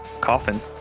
coffin